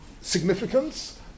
significance